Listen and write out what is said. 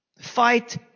Fight